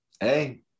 Hey